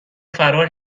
فرار